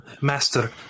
Master